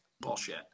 Bullshit